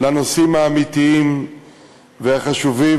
לנושאים האמיתיים והחשובים,